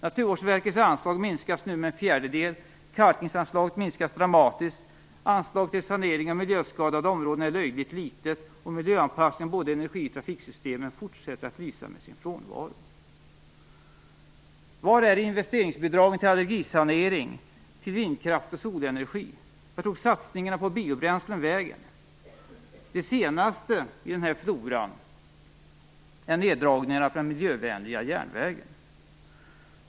Naturvårdsverkets anslag minskas nu med en fjärdedel, kalkningsanslaget minskas dramatiskt, anslaget till sanering av miljöskadade områden är löjligt litet och miljöanpassningen av både energi och trafiksystemen fortsätter att lysa med sin frånvaro. Var är investeringsbidragen till allergisanering, till vindkraft och solenergi? Vart tog satsningarna på biobränslen vägen? Det senaste i den här floran är neddragningar på den miljövänliga järnvägen.